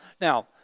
Now